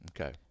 Okay